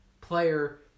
player